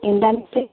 എന്താണ് മിസ്സേ